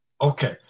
Okay